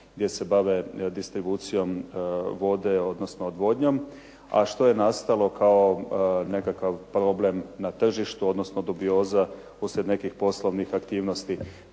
gdje se bave distribucijom vode, odnosno odvodnjom, a što je nastalo kao nekakav problem na tržištu, odnosno dubioza uslijed nekih poslovnih aktivnosti.